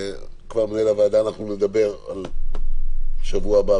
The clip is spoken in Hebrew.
מנהל הוועדה, אנחנו נדבר על שבוע הבא,